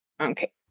Okay